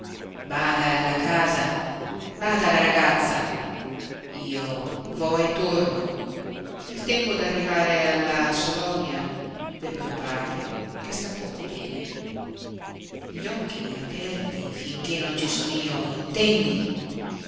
bada alla casa bada alla ragazza io vo e torno il tempo d'arrivare alla salonia per mio padre che sta poco bene gli occhi aperti finché non ci son io intendi